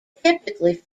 typically